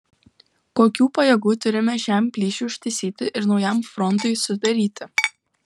kokių pajėgų turime šiam plyšiui užtaisyti ir naujam frontui sudaryti